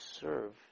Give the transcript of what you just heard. serve